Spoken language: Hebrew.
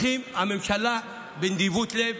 הממשלה תומכת בנדיבות לב.